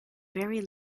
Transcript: very